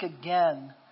again